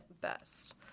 Best